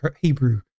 hebrew